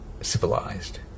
civilized